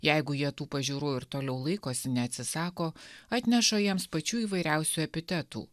jeigu jie tų pažiūrų ir toliau laikosi neatsisako atneša jiems pačių įvairiausių epitetų